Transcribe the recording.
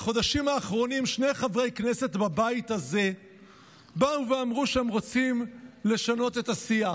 בחודשים האחרונים שני חברי כנסת בבית הזה אמרו שהם רוצים לשנות את השיח,